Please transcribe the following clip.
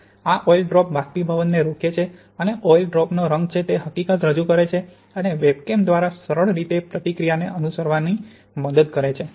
અને આ oil drop બાષ્પીભવન ને રોકે છે અને ઓઇલ ડ્રોપ નો રંગ છે તે હકીકત રજૂ કરે અને વેબકેમ દ્વારા સરળ રીતે પ્રતિક્રિયાને અનુસરવાનો મદદ કરે છે